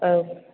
औ